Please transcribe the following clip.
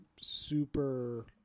super –